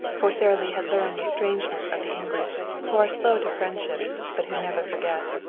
for sara lee had learned the strangeness of the english, who are slow to friendships but who never forget.